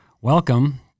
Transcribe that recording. Welcome